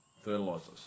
fertilizers